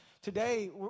Today